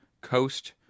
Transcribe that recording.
coast